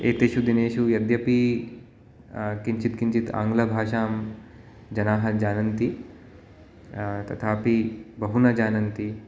एतेषु दिनेषु यद्यपि किञ्चित् किञ्चित् आङ्ग्लभाषां जनाः जानन्ति तथापि बहु न जानन्ति